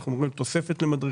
אנחנו מדברים על תוספת למדריכים,